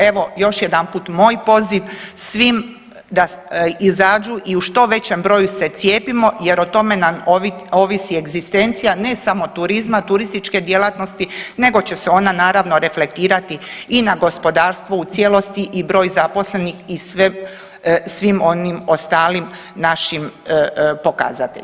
Evo, još jedanput moj poziv svim da izađu i u što većem broju se cijepimo jer o tome nam ovisi egzistencija, ne samo turizma, turističke djelatnosti nego će se ona, naravno, reflektirati i na gospodarstvo u cijelosti i broj zaposlenih i svim onim ostalim našim pokazateljima.